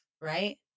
right